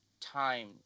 time